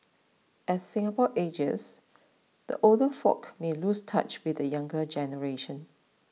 as Singapore ages the older folk may lose touch with the younger generation